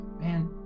Man